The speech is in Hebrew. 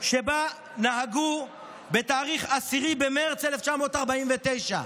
שבה נהגו ב-10 במרץ 1949,